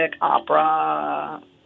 opera